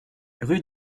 rue